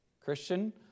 Christian